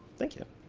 thank you.